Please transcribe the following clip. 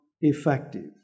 effective